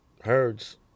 Herds